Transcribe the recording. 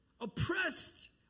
oppressed